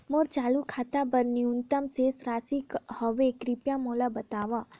मोर चालू खाता बर न्यूनतम शेष राशि का हवे, कृपया मोला बतावव